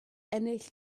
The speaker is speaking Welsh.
ennill